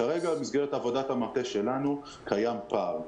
כרגע במסגרת עבודת המטה שלנו קיים פער.